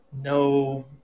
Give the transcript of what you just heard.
no